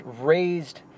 raised